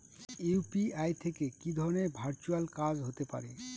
UPI থেকে কি ধরণের ভার্চুয়াল কাজ হতে পারে?